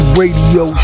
radio